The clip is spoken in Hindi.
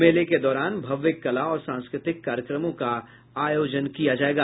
मेले के दौरान भव्य कला और सांस्कृतिक कार्यक्रमों का आयोजन किया जायेगा